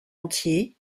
entier